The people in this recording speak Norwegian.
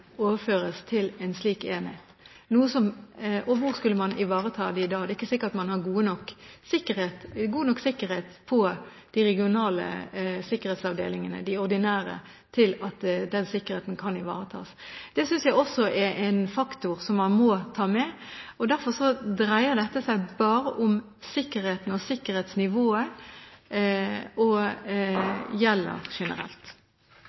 overføres til en slik enhet, og hvor skulle man ivareta dem da? Det er ikke sikkert man har god nok sikkerhet på de ordinære avdelingene til at den sikkerheten kan ivaretas. Det synes jeg også er en faktor man må ta med. Derfor dreier dette seg bare om sikkerheten og sikkerhetsnivået, og det gjelder generelt.